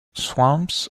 swamps